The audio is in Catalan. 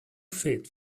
fet